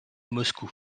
moscou